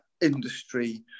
industry